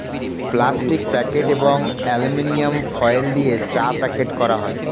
plastic packet এবং aluminium foil দিয়ে চা প্যাক করা হয়